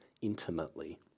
intimately